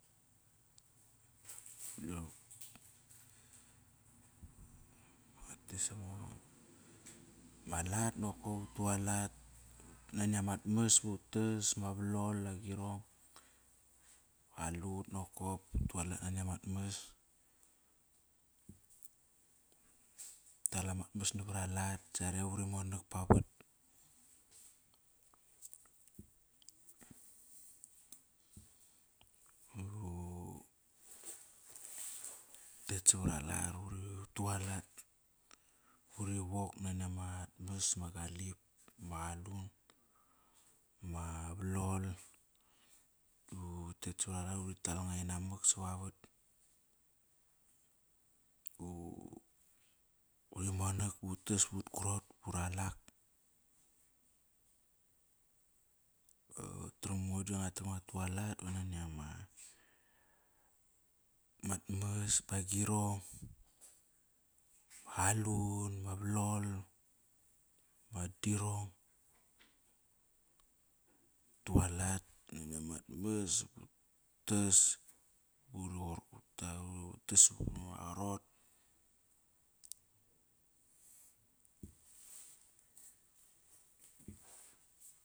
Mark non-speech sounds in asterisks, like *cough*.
*noise* Ma lat nokop utualat, nani amat mas va utas, ma valol, agirong. Qalut nokop, utualat nani amat mas. Tal amat mas nava ralat sare va uri monak pavat. *hesitation* *noise* Utet savaralat utualat uri wok nani amat mas, ma galip ma qalun, ma va lol *unintelligible* uri tal nga inamak sovavat *hesitation* uri monok, utas, ut krot, ba ura lak. *hesitation* *unintelligible* Ngo da nguak tram ngua tualat nani ama mat mas ba agirong, qalun, ma va lol, mo dirong. Utu alat nani amat mas, utas. *unintelligible*